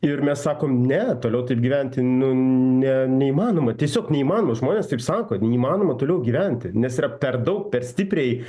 ir mes sakom ne toliau taip gyventi nu ne neįmanoma tiesiog neįmanoma žmonės taip sako neįmanoma toliau gyventi nes yra per daug per stipriai